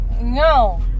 No